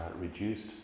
reduced